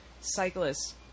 cyclists